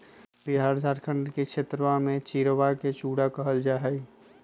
बिहार झारखंड के क्षेत्रवा में चिड़वा के चूड़ा कहल जाहई